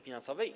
finansowej.